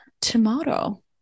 tomorrow